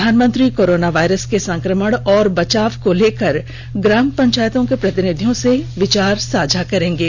प्रधानमंत्री corona virus के संक्रमण और बचाव को लेकर ग्राम पंचायतों के प्रतिनिधियों से विचार साझा करेंगे